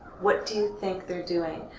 what do you think they're doing?